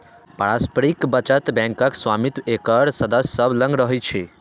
पारस्परिक बचत बैंकक स्वामित्व एकर सदस्य सभ लग रहै छै